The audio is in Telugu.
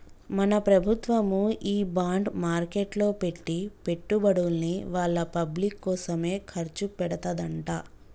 మన ప్రభుత్వము ఈ బాండ్ మార్కెట్లో పెట్టి పెట్టుబడుల్ని వాళ్ళ పబ్లిక్ కోసమే ఖర్చు పెడతదంట